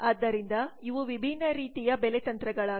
ಆದ್ದರಿಂದ ಇವು ವಿಭಿನ್ನ ರೀತಿಯ ಬೆಲೆ ತಂತ್ರಗಳಾಗಿವೆ